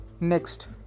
Next